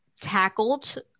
tackled